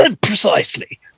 Precisely